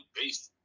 based